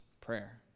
prayer